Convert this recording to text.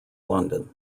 london